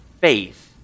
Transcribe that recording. faith